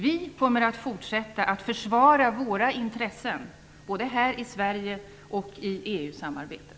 Vi kommer att fortsätta försvara våra intressen både här i Sverige och i EU-samarbetet.